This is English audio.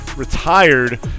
retired